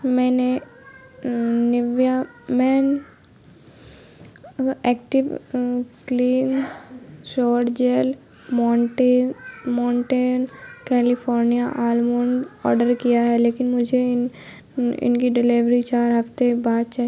میں نے Nivea men active clean shower gel monte mountain California almond order کیا ہے لیکن مجھے ان کی ڈیلیوری چار ہفتے بعد چاہ